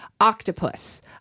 octopus